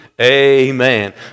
Amen